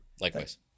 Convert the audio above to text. Likewise